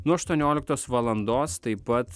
nuo aštuonioliktos valandos taip pat